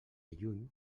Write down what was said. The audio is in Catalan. lluny